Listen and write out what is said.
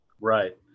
Right